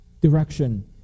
direction